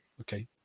okay